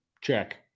Check